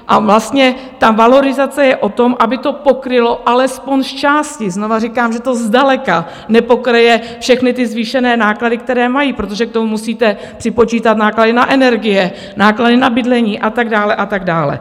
A ta valorizace je o tom, aby to pokrylo alespoň zčásti znovu říkám, že to zdaleka nepokryje všechny zvýšené náklady, které mají, protože k tomu musíte připočítat náklady na energie, náklady na bydlení a tak dále, a tak dále.